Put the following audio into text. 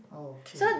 oh okay